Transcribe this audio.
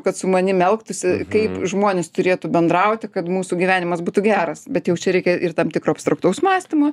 kad su manim elgtųsi kaip žmonės turėtų bendrauti kad mūsų gyvenimas būtų geras bet jau čia reikia ir tam tikro abstraktaus mąstymo